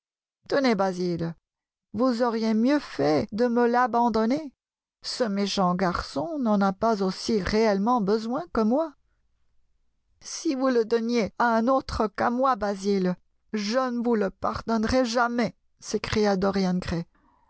tenez basil vous auriez mieux fait de me l'abandonner ce méchant garçon n'en a pas aussi réellement besoin que moi si vous le donniez à un autre qu'à moi basil je ne vous le pardonnerais jamais s'écria dorian gray